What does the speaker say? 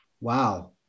Wow